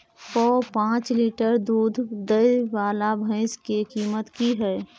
प जॉंच लीटर दूध दैय वाला भैंस के कीमत की हय?